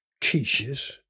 quiches